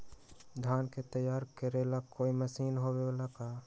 धान के तैयार करेला कोई मशीन होबेला का?